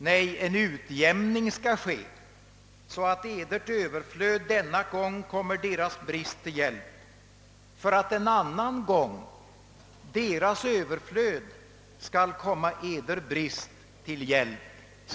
Nej, en utjämning skall ske, så att edert överflöd denna gång kommer deras brist till hjälp, för att en annan gång deras överflöd skall komma eder brist till hjälp.